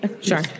Sure